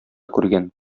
күргән